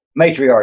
matriarch